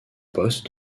poste